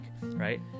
right